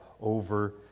over